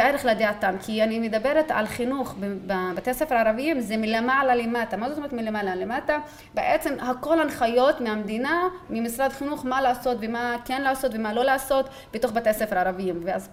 ערך לדעתם. כי אני מדברת על חינוך בבתי הספר הערביים, זה מלמעלה למטה. מה זאת אומרת מלמעלה למטה? בעצם הכל הנחיות מהמדינה, ממשרד חינוך, מה לעשות ומה כן לעשות ומה לא לעשות בתוך בתי הספר הערביים. ואז